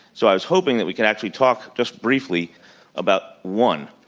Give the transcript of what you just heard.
so i was hoping that we could actually talk just briefly about one,